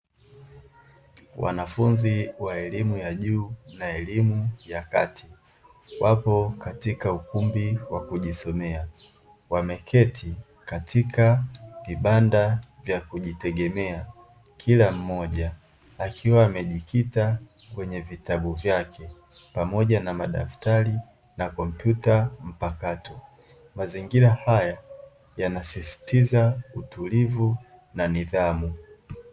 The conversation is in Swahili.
Wanafunzi wa elimu ya juu na elimu ya kati wapo katika ukumbi wa kujisomea, wameketi katika vibanda vya kujitegemea. Kila mmoja akiwa amejikita kwenye vitabu vyake pamoja na madaftari na kompyuta mpakato. Mazingira haya yanasisitiza utulivu na nidhamu.